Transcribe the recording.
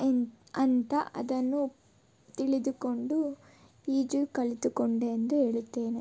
ಎಂತ ಅಂತ ಅದನ್ನು ತಿಳಿದುಕೊಂಡು ಈಜು ಕಲಿತುಕೊಂಡೆ ಎಂದು ಹೇಳುತ್ತೇನೆ